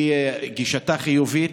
גישתה חיובית.